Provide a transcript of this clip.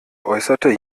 äußerte